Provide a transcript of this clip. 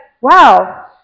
wow